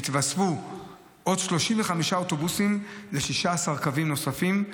יתווספו עוד 35 אוטובוסים ב-16 קווים נוספים,